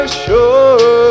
sure